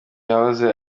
yahoze